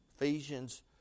Ephesians